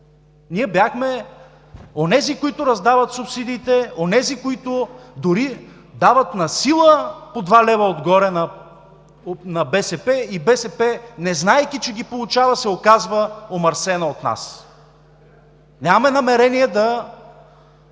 бяхме онези, които раздават субсидиите, онези, които дори дават насила по 2 лв. отгоре на БСП и тя, незнаейки, че ги получава, се оказва омърсена от нас. Нямаме намерение